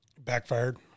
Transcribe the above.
Backfired